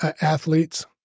athletes